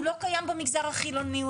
הוא לא קיים במגזר החילוני,